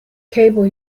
cable